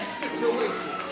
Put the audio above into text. situation